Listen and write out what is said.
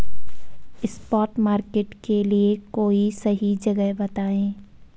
spot market के लिए कोई सही जगह बताएं